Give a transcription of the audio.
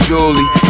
Julie